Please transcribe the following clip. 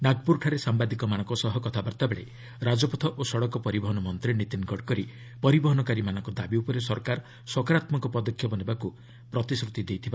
ନାଗପୁରଠାରେ ସାାମ୍ଘାଦିକମାନଙ୍କ ସହ କଥାବାର୍ତ୍ତାବେଳେ ରାଜପଥ ଓ ସଡ଼କ ପରିବହନ ମନ୍ତ୍ରୀ ନୀତିନ୍ ଗଡ଼କରୀ ପରିବହନକାରୀମାନଙ୍କ ଦାବି ଉପରେ ସରକାର ସକାରାତ୍କକ ପଦକ୍ଷେପ ନେବାକୁ ପ୍ରତିଶ୍ରୁତି ଦେଇଥିଲେ